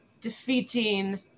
defeating